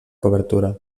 cobertura